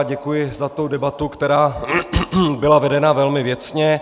Děkuji za debatu, která byla vedena velmi věcně.